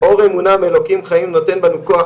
אור אמונה מאלוקים חיים נותן בנו כוח,